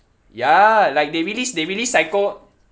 ya like they release they release psycho